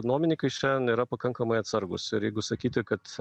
nuomininkai šiandien yra pakankamai atsargūs ir jeigu sakyti kad